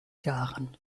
jahren